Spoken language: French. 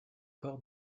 corps